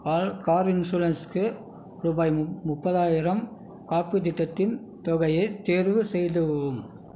car இன்சூரன்ஸுக்கு ரூபாய் முப்ப முப்பதாயிரம் காப்பீட்டுத் திட்டத்தின் தொகையை தேர்வு செய்தவும்